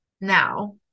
now